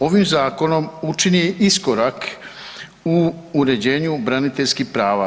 Ovim zakonom učinjen je iskorak u uređenju braniteljskih prava.